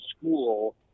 school